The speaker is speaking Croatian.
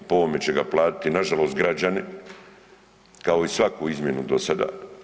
Po ovome će ga platiti nažalost građani, kao i svaku izmjenu do sada.